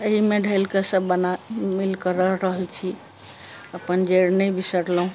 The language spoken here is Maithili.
एहिमे ढलिके सभजना मिलि कऽ रहि रहल छी अपन जड़ि नहि बिसरलहुँ